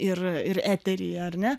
ir ir eteryje ar ne